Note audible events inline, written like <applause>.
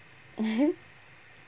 <laughs>